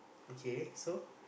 okay so